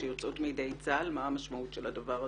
שיוצאות מידי צה"ל, מה המשמעות של הדבר הזה.